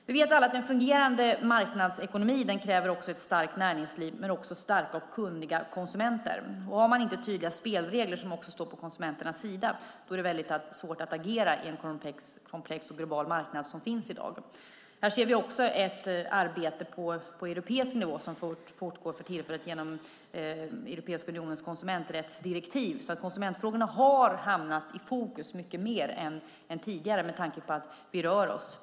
Vi vet alla att en fungerande marknadsekonomi kräver ett starkt näringsliv, men också starka och kunniga konsumenter. Har man inte tydliga spelregler som står på konsumenternas sida är det väldigt svårt att agera på den komplexa och globala marknad som finns i dag. Det görs också ett arbete på europeisk nivå som för tillfället fortgår genom Europeiska unionens konsumenträttsdirektiv. Konsumentfrågorna har alltså hamnat i fokus mycket mer än tidigare med tanke på att vi rör oss.